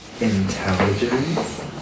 Intelligence